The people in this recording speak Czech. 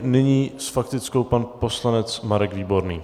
Nyní s faktickou pan poslanec Marek Výborný.